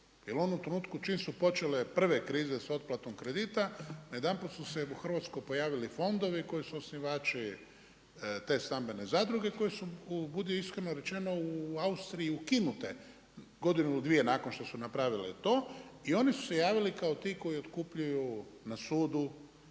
jer oni u trenutku čim su počele prve krize s otplatom kredita na jedan puta su se u Hrvatskoj pojavili fondovi koji su osnivači te stambene zadruge koje su budi iskreno rečeno u Austriji ukinute godinu ili dvije nakon što su napravile to. I oni su se javili kao ti koji otkupljuju na sudu